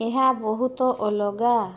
ଏହା ବହୁତ ଅଲଗା